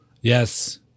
yes